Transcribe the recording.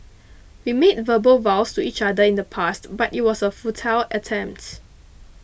we made verbal vows to each other in the past but it was a futile attempt